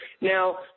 Now